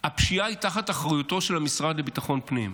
הפשיעה היא תחת אחריותו של המשרד לביטחון פנים,